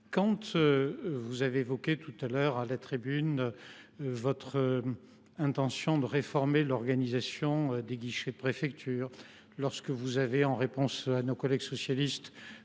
vous avez évoqué tout à l’heure à la tribune votre intention de réformer l’organisation des guichets de préfecture ou, en réponse à nos collègues socialistes,